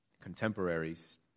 contemporaries